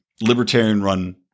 Libertarian-run